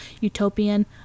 utopian